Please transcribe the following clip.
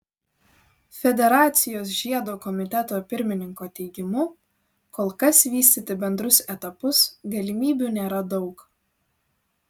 federacijos žiedo komiteto pirmininko teigimu kol kas vystyti bendrus etapus galimybių nėra daug